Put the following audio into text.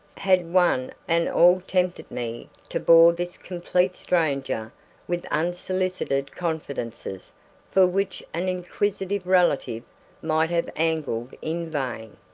had one and all tempted me to bore this complete stranger with unsolicited confidences for which an inquisitive relative might have angled in vain.